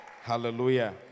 hallelujah